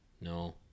No